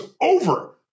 over